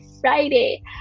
friday